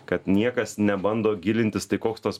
kad niekas nebando gilintis tai koks tos